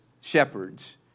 shepherds